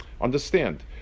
Understand